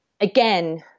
again